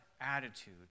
attitude